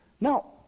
Now